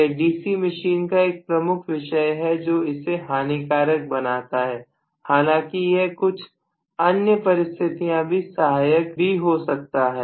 यह DC machine का एक प्रमुख विषय है जो इसे हानिकारक बनाता है हालांकि यह कुछ अन्य परिस्थितियों में सहायक भी हो सकता है